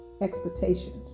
expectations